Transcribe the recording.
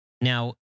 Now